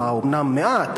אומנם מעט,